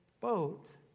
boat